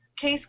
case